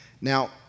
Now